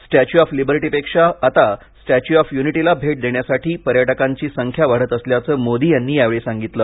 statue of लिबर्टीपेक्षा आता statue of युनिटीला भेट देण्यासाठी पर्यटकांची संख्या वाढत असल्याचं मोदी यांनी यावेळी सांगितलं